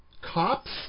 Cops